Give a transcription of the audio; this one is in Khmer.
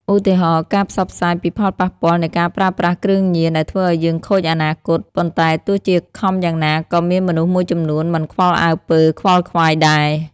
ឧទាហរណ៍៖ ការផ្សព្វផ្សាយពីផលប៉ះពាល់នៃការប្រើប្រាស់គ្រឿងញៀនដែលធ្វើឱ្យយើងខូចអនាគត ប៉ុន្តែទោះជាខំយ៉ាងណាក៏មានមនុស្សមួយចំនួនមិនខ្វល់អើពើ ខ្វល់ខ្វាយដែរ។